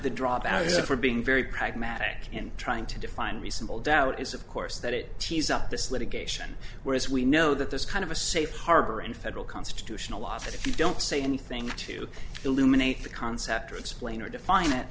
there for being very pragmatic in trying to define reasonable doubt is of course that it is up this litigation whereas we know that this kind of a safe harbor in federal constitutional law is that if you don't say anything to eliminate the concept or explain or define it